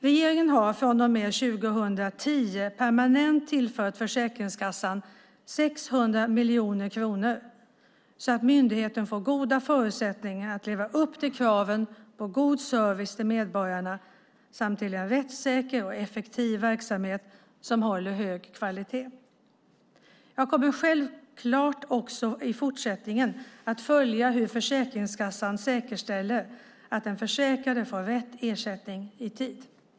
Regeringen har från och med 2010 permanent tillfört Försäkringskassan 600 miljoner kronor så att myndigheten får goda förutsättningar att leva upp till kraven på god service till medborgarna samt till en rättssäker och effektiv verksamhet som håller hög kvalitet. Jag kommer självklart också i fortsättningen att följa hur Försäkringskassan säkerställer att den försäkrade får rätt ersättning i tid.